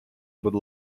будь